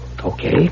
Okay